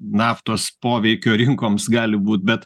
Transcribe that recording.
naftos poveikio rinkoms gali būt bet